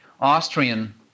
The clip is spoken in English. Austrian